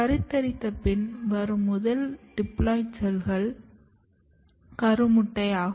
கருத்தரித்த பின் வரும் முதல் டிப்ளாய்டு செல்கள் கருமுட்டை ஆகும்